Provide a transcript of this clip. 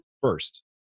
first